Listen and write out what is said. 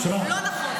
לא נכון.